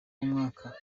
w’umwaka